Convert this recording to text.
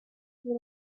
for